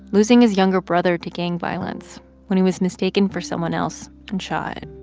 losing his younger brother to gang violence when he was mistaken for someone else and shot